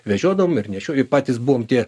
vežiodavom ir nešio ir patys buvom tie